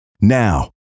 Now